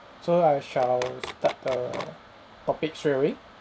so I shall start the topic straight away